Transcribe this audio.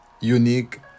unique